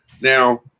Now